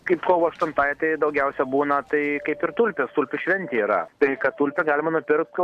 kaip kovo aštuntai tai daugiausiai būna tai kaip ir tulpės tulpių šventė yra tai kad tulpes galima nupirkti